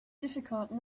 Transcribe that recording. difficult